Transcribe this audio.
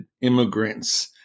immigrants